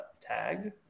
Tag